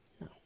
No